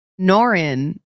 norin